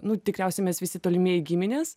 nu tikriausiai mes visi tolimieji giminės